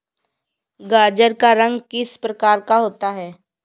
गाजर का रंग किस प्रकार का होता है?